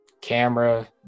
camera